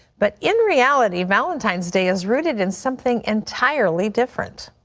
but in reality, valentine's day is rooted in something entirely different.